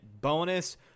bonus